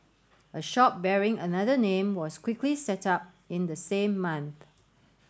a shop bearing another name was quickly set up in the same month